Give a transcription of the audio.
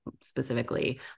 specifically